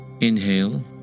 inhale